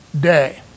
day